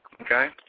okay